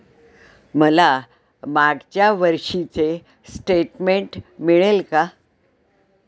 मला मागच्या वर्षीचे स्टेटमेंट मिळेल का?